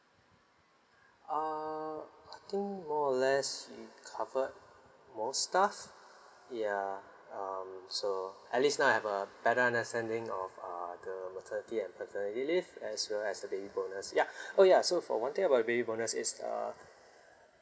err I think more or less you covered most stuff ya um so at least I have a better understanding of uh the maternity and paternity leave as well as the baby bonus yeah oh ya so for one thing about the baby bonus is err